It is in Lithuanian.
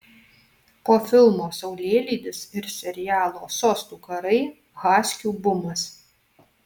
po filmo saulėlydis ir serialo sostų karai haskių bumas